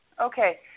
okay